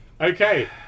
Okay